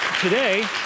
Today